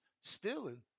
stealing